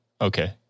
Okay